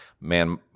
man